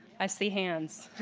i see hands.